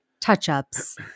touch-ups